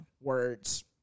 words